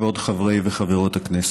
כבוד חברי וחברות הכנסת,